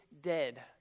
dead